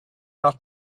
not